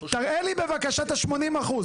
תראה לי בבקשה את ה-80%.